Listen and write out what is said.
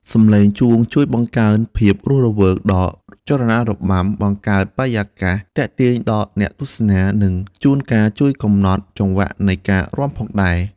សំឡេងជួងជួយបង្កើនភាពរស់រវើកដល់ចលនារបាំ បង្កើតបរិយាកាសទាក់ទាញដល់អ្នកទស្សនា និងជួនកាលជួយកំណត់ចង្វាក់នៃការរាំផងដែរ។